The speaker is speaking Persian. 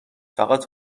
فقط